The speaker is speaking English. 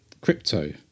crypto